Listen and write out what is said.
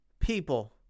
people